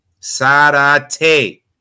Sarate